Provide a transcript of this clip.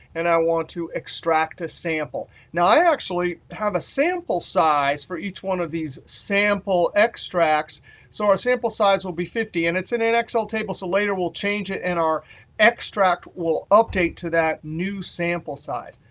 and i want to extract a sample. now i actually have a sample size for each one of these sample extracts so our sample size will be fifty. and it's in an excel table, so later we'll change it and our extract will update to that new sample size.